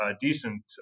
decent